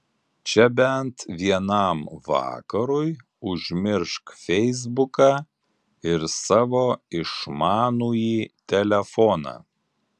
čia bent vienam vakarui užmiršk feisbuką ir savo išmanųjį telefoną